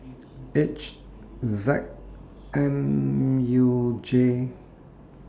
H Z M U J six